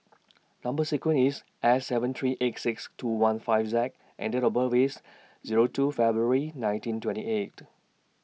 Number sequence IS S seven three eight six two one five Z and Date of birth IS Zero two February nineteen twenty eight